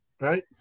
right